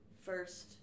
first